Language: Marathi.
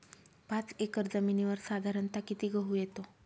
पाच एकर जमिनीवर साधारणत: किती गहू येतो?